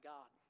God